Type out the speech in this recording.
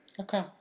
Okay